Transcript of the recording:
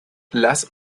las